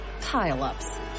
pile-ups